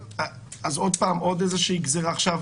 אז עוד פעם עוד איזושהי גזרה עכשיו?